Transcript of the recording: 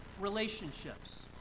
relationships